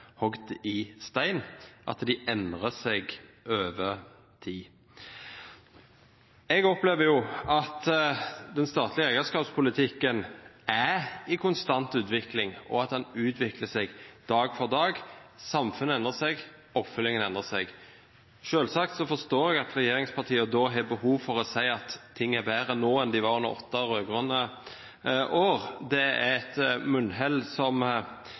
hugget i stein, og at de endrer seg over tid. Jeg opplever at den statlige eierskapspolitikken er i konstant utvikling, og at den utvikler seg dag for dag. Samfunnet endrer seg, oppfølgingen endrer seg. Jeg forstår selvsagt at regjeringspartiene da har behov for å si at ting er bedre nå enn de var under åtte rød-grønne år. Det er et munnhell som